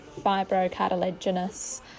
fibrocartilaginous